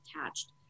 attached